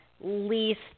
least